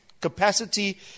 capacity